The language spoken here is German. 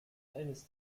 eines